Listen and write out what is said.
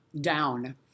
down